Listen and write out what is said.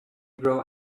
grow